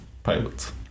Pilots